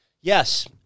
Yes